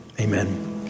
amen